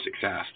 success